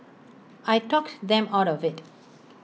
I talked them out of IT